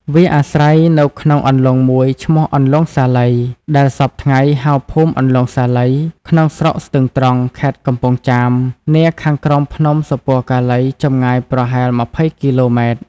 វាអាស្រ័យនៅក្នុងអន្លង់មួយឈ្មោះអន្លង់សាលី ដែលសព្វថ្ងៃហៅ ភូមិអន្លង់ សាលី ក្នុងស្រុកស្ទឹងត្រង់ ខេត្តកំពង់ចាម នាខាងក្រោមភ្នំ សុពណ៌កាឡី ចម្ងាយប្រហែល ២០ គីឡូម៉ែត្រ ។